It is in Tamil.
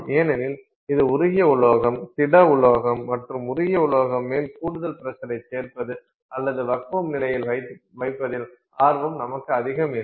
ஏனெனில் இது உருகிய உலோகம் திட உலோகம் மற்றும் உருகிய உலோகம் மேல் கூடுதல் ப்ரசரைச் சேர்ப்பது அல்லது வக்குவம் நிலையில் வைப்பதில் ஆர்வம் நமக்கு அதிகம் இல்லை